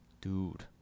Dude